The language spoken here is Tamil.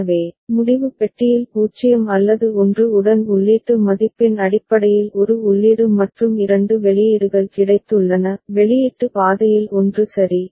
எனவே முடிவு பெட்டியில் 0 அல்லது 1 உடன் உள்ளீட்டு மதிப்பின் அடிப்படையில் ஒரு உள்ளீடு மற்றும் இரண்டு வெளியீடுகள் கிடைத்துள்ளன வெளியீட்டு பாதையில் ஒன்று சரி